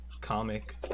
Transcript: comic